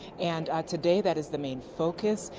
and today that is the main focus,